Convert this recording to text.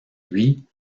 lui